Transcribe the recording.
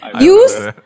use